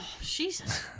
Jesus